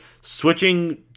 switching